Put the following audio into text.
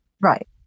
Right